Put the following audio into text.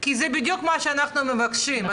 כי זה בדיוק מה שאנחנו מבקשים.